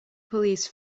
police